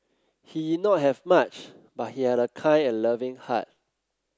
he did not have much but he had a kind and loving heart